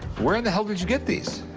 where in the hell did you get these?